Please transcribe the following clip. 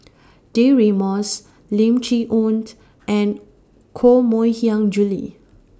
Deirdre Moss Lim Chee Onn and Koh Mui Hiang Julie